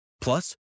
Plus